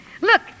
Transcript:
Look